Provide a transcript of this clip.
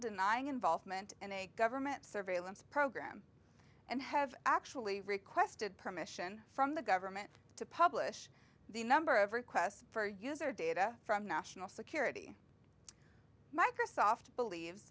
denying involvement in a government surveillance program and have actually requested permission from the government to publish the number of requests for user data from national security microsoft believe